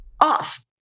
off